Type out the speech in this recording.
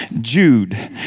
Jude